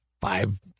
five